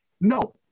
No